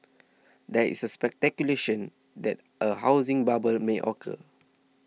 there is speculation that a housing bubble may occur